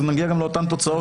נגיע לאותן תוצאות.